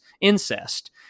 incest